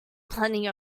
plenty